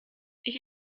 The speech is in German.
ich